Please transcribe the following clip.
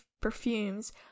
perfumes